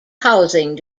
housing